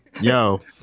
Yo